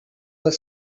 were